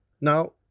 Now